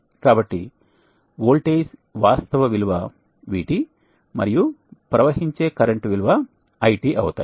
కాబట్టి వోల్టేజి వాస్తవ విలువ VT మరియు ప్రవహించే కరెంట్ విలువ IT అవుతాయి